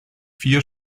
vier